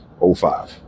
05